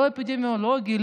לא אפידמיולוגי,